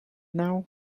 now